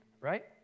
right